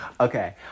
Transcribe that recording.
Okay